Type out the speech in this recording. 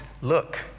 look